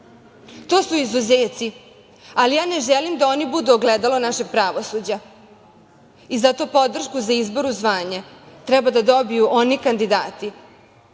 To su izuzeci, ali ja ne želim da oni budu ogledalo našeg pravosuđa. Zato podršku za izbor u zvanja treba da dobiju oni kandidati